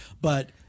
but-